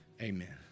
Amen